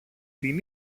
την